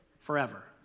forever